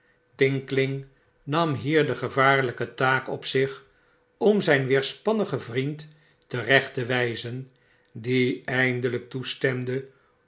tinkling nam hier de gevaarlpe taak op zich om zyn weerspannigen vriend terecht te wijzen die eindelijk toestemde